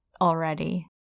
already